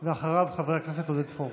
ואחריו, חבר הכנסת עודד פורר.